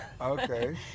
Okay